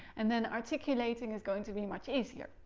and then articulating is going to be much easier.